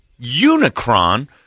Unicron